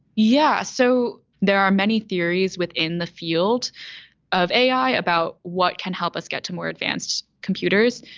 yes. so there are many theories within the field of a i. about what can help us get to more advanced computers.